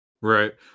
right